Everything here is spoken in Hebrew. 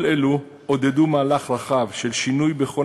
כל אלו עודדו מהלך רחב של שינוי בכל